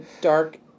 dark